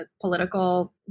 political